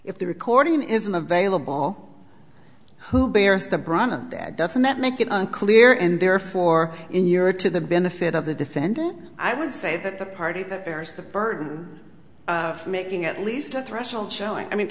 if the recording isn't available who bears the brunt of that doesn't that make it unclear and therefore in your to the benefit of the defendant i would say that the party that bears the burden of making at least a threshold showing i mean